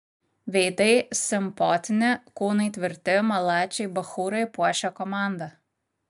veidai simpotni kūnai tvirti malačiai bachūrai puošia komandą